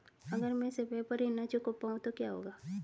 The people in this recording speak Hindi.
अगर म ैं समय पर ऋण न चुका पाउँ तो क्या होगा?